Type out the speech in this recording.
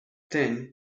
then